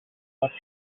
what